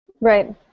right